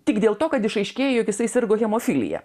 tik dėl to kad išaiškėja jog jisai sirgo hemofilija